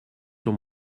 sur